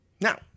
Now